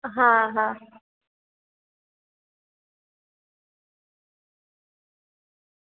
હા હા